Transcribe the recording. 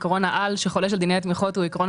עקרון העל שחולש על דיני התמיכות הוא עקרון